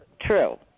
true